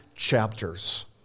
chapters